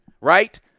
right